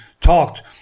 talked